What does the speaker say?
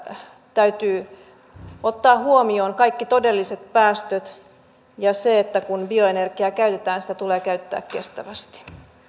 täytyy ottaa huomioon kaikki todelliset päästöt ja se että kun bioenergiaa käytetään sitä tulee käyttää kestävästi